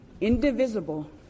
indivisible